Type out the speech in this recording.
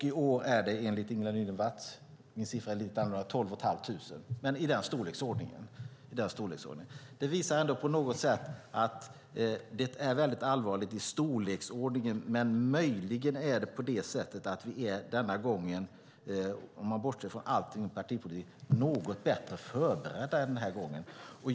I år är det, enligt Ingela Nylund Watz, 12 500; min siffra är lite annorlunda, men i den storleksordningen. Det visar att det är allvarligt när det gäller storleksordningen, men möjligen är vi denna gång - om vi bortser från all partipolitik - något bättre förberedda.